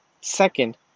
Second